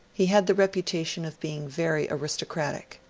he had the reputation of being very aristocratic.